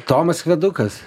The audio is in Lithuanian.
tomas vedukas